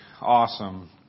awesome